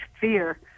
fear